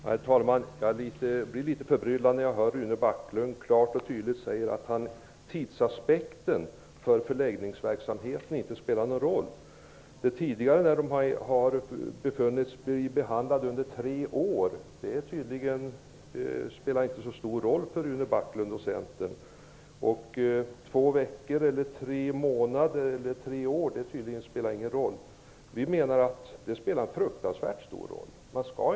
Herr talman! Jag blev litet förbryllad när Rune Backlund klart och tydligt sade att tidsaspekten inte spelar någon roll för förläggningsverksamheten. Det spelar tydligen inte så stor roll för Rune Backlund och Centern om en människa får vänta i tre år. Det är tydligen ingen skillnad mellan två veckor, tre månader och tre år. Vi menar att det spelar en fruktansvärt stor roll.